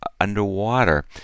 underwater